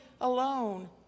alone